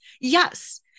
Yes